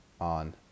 on